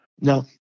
No